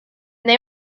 they